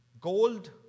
Gold